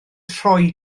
troi